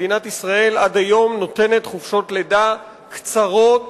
מדינת ישראל עד היום נותנת חופשות לידה קצרות